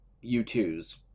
U-2s